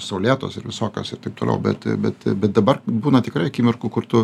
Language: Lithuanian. saulėtos ir visokios ir taip toliau bet bet bet dabar būna tikrai akimirkų kur tu